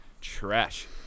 Trash